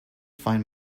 find